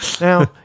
now